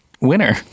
winner